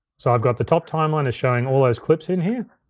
so i've got the top timeline is showing all those clips in here,